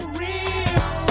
real